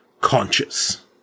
conscious